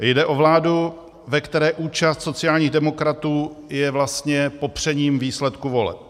Jde o vládu, ve které účast sociálních demokratů je vlastně popřením výsledků voleb.